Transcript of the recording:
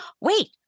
wait